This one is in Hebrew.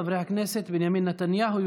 חברי הכנסת בנימין נתניהו,